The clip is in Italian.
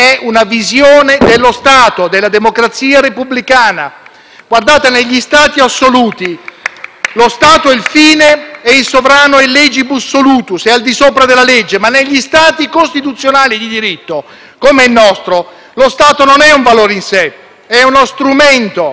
lo Stato è il fine e il sovrano è *legibus solutus,* è al di sopra della legge; invece, negli Stati costituzionali di diritto come il nostro, lo Stato non è un valore in sé, ma uno strumento finalizzato alla tutela della persona umana e dei diritti fondamentali delle persone;